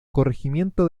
corregimiento